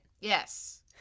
Yes